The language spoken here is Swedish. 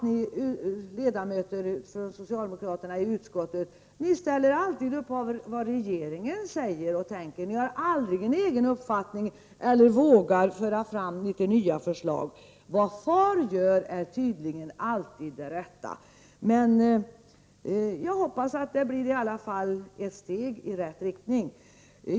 Ni ledamöter från socialdemokraterna i utskottet ställer ju alltid upp på vad regeringen säger och tänker. Ni har aldrig en egen uppfattning, och ni vågar aldrig föra fram nya förslag. Vad far gör är tydligen alltid det rätta! Jag hoppas att detta i alla fall blir ett steg i rätt riktning.